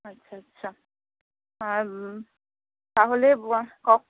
আচ্ছা আচ্ছা আর তাহলে কখন